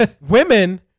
women